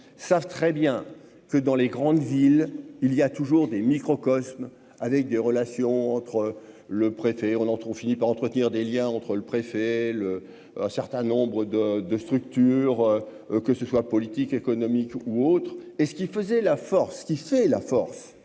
savent très bien que dans les grandes villes, il y a toujours des microcosmes avec des relations entre le préfet, on entre, on finit par entretenir des Liens entre le préfet, le un certain nombre de de structure, que ce soit politique, économique ou autre et ce qui faisait la force qui fait la force